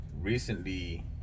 recently